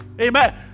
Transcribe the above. Amen